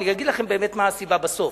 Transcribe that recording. אני אגיד לכם מה באמת הסיבה בסוף.